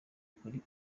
kuri